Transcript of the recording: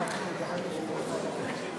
כפיים)